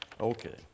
okay